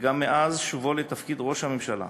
וגם מאז שובו לתפקיד ראש הממשלה.